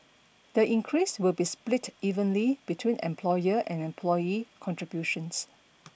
the increase will be split evenly between employer and employee contributions